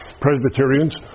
Presbyterians